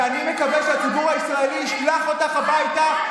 ואני מקווה שהציבור הישראלי ישלח אותך הביתה,